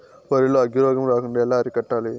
వరి లో అగ్గి రోగం రాకుండా ఎలా అరికట్టాలి?